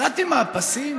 ירדתם מהפסים?